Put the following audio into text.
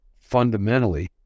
fundamentally